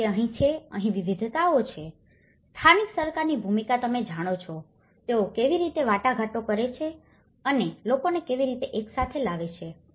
તેથી તે અહીં છે અહીં વિવિધતાઓ છે સ્થાનિક સરકારોની ભૂમિકા તમે જાણો છો તેઓ કેવી રીતે વાટાઘાટો કરે છે અને લોકોને કેવી રીતે એકસાથે લાવે છે